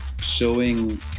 showing